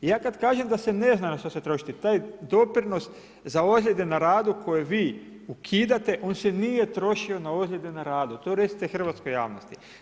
I ja kada kažem da se ne zna na što će se trošiti, taj doprinos za ozljede na radu koje vi ukidate on se nije trošio na ozljede na radu, to recite hrvatskoj javnosti.